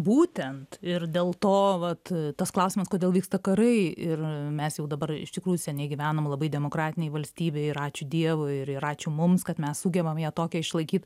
būtent ir dėl to vat tas klausimas kodėl vyksta karai ir mes jau dabar iš tikrųjų seniai gyvenom labai demokratinėj valstybėj ir ačiū dievui ir ir ačiū mums kad mes sugebam ją tokią išlaikyt